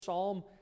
Psalm